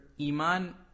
iman